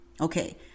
Okay